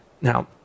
Now